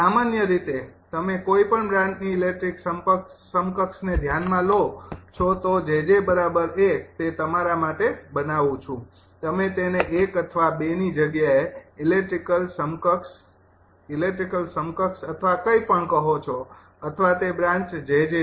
સામાન્ય રીતે જો તમે કોઈપણ બ્રાન્ચની ઇલેક્ટ્રિકલ સમકક્ષ ને ધ્યાનમાં લો છો તો 𝑗𝑗૧ તે તમારા માટે બનાવું છુ તમે તેને ૧ અથવા ૨ ની જગ્યાએ ઇલેક્ટ્રિકલ સમકક્ષ ઇલેક્ટ્રિકલ સમકક્ષ અથવા કંઈપણ કહો છો અથવા તે બ્રાન્ચ 𝑗𝑗 છે